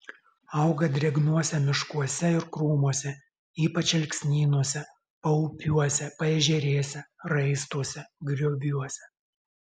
auga drėgnuose miškuose ir krūmuose ypač alksnynuose paupiuose paežerėse raistuose grioviuose